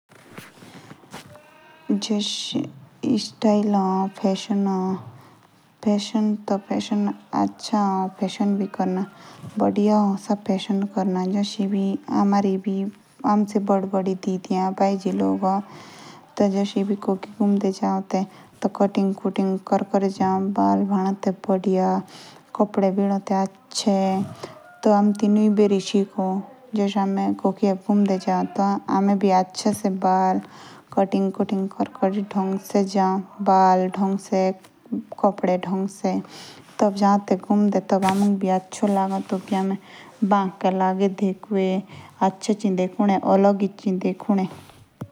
जेएस एबी फ़ैशन ए। त सा फैशन अच्छा ए भुता ही। फैशन क्रना अच्छा ए। जो हमारे से बड़े दिदिया भाई जी ते से बी घुमदे जाओ ते। तो से तैयार ही जाओ ते। तभी फ़ैशन अच्छा लागो ता।